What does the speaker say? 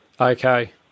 Okay